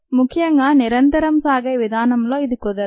ముఖ్యంగా నిరంతరంగా సాగే విధానంలో ఇది కుదరదు